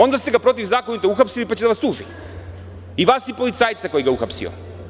Onda ste ga protivzakonito uhapsili, pa će da vas tuži i vas i policajca koji ga je uhapsio.